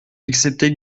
excepté